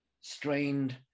strained